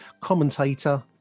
commentator